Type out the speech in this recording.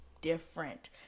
different